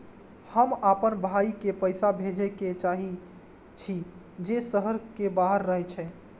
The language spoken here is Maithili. हम आपन भाई के पैसा भेजे के चाहि छी जे शहर के बाहर रहे छै